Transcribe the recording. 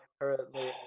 currently